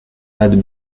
had